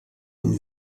une